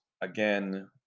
again